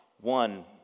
one